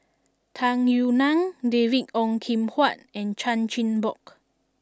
Tung Yue Nang David Ong Kim Huat and Chan Chin Bock